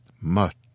Much